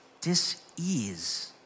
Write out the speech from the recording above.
dis-ease